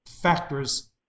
factors